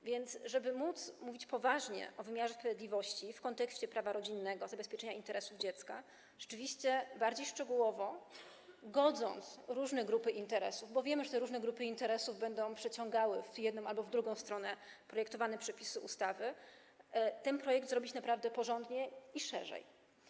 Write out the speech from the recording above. A więc żeby mówić poważnie o wymiarze sprawiedliwości w kontekście prawa rodzinnego, zabezpieczenia interesu dziecka, rzeczywiście bardziej szczegółowo, godząc różne grupy interesów, bo wiemy, że te różne grupy interesów będą przeciągały w jedną albo w drugą stronę projektowane przepisy ustawy, ten projekt trzeba zrobić naprawdę porządnie i spojrzeć na to szerzej.